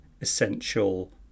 essential